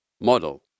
model